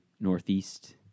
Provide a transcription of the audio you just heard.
Northeast